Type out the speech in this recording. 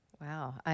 Wow